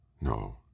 no